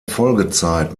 folgezeit